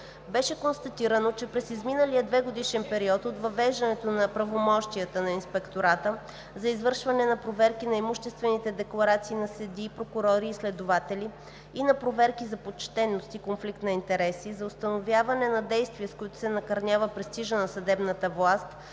Беше констатирано, че през изминалия двегодишен период от въвеждане на правомощията на ИВСС за извършване на проверки на имуществените декларации на съдии, прокурори и следователи и на проверки за почтеност и конфликт на интереси, за установяване на действия, с които се накърнява престижа на съдебната власт,